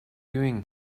doing